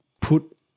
put